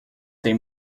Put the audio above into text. tem